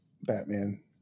Batman